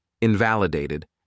invalidated